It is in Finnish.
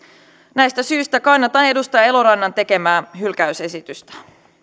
näistä syistä kannatan edustaja elorannan tekemää hylkäysesitystä